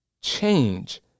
change